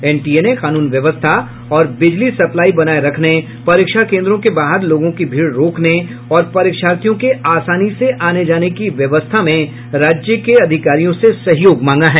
NTA ने कानून व्यवस्था और बिजली सप्लाई बनाये रखने परीक्षा केन्द्रों के बाहर लोगों की भीड़ रोकने और परीक्षार्थियों के आसानी से आने जाने की व्यवस्था में राज्य अधिकारियों से सहयोग मांगा है